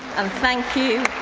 um thank you